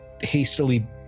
hastily